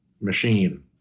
machine